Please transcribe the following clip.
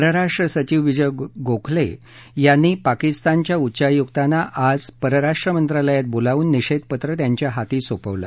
परराष्ट्र सचिव विजय गोखले यांनी पाकिस्तानच्या उच्चायुक्तांना आज परराष्ट्र मंत्रालयात बोलावून निषेधपत्र त्यांच्या हाती सोपवलं